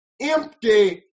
empty